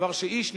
דבר שאיש,